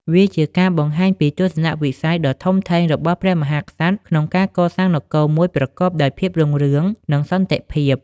វាជាការបង្ហាញពីទស្សនៈវិស័យដ៏ធំធេងរបស់ព្រះមហាក្សត្រក្នុងការកសាងនគរមួយប្រកបដោយភាពរុងរឿង និងសន្តិភាព។